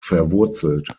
verwurzelt